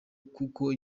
kuko